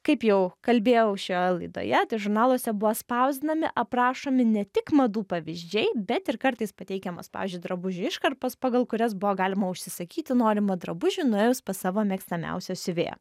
kaip jau kalbėjau šioje laidoje tai žurnaluose buvo spausdinami aprašomi ne tik madų pavyzdžiai bet ir kartais pateikiamos pavyzdžiui drabužių iškarpos pagal kurias buvo galima užsisakyti norimą drabužį nuėjus pas savo mėgstamiausią siuvėją